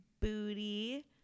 booty